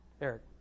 Eric